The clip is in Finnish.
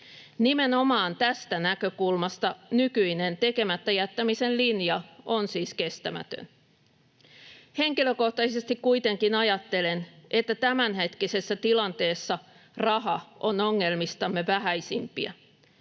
Nimenomaan tästä näkökulmasta nykyinen tekemättä jättämisen linja on siis kestämätön. Henkilökohtaisesti kuitenkin ajattelen, että tämänhetkisessä tilanteessa raha on ongelmistamme vähäisimpiä.